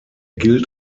gilt